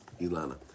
Ilana